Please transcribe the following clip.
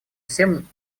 всем